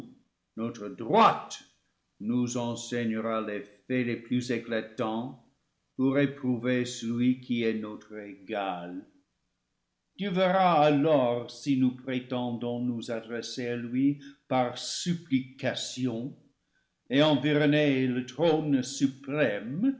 notre droite nous enseignera les faits les plus éclatants pour éprouver celui qui est notre égal tu verras alors si nous prétendons nous adresser à lui par sup plications et environner le trône suprême